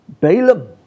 Balaam